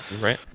right